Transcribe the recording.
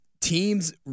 Teams